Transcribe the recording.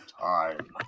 time